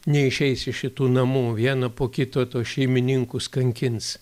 neišeis iš šitų namų vieną po kito tuos šeimininkus kankins